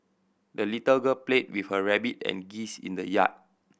the little girl played with her rabbit and geese in the yard